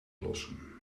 lossen